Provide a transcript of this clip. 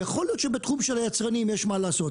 יכול להיות שבתחום של היצרנים יש מה לעשות,